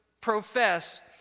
profess